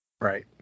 Right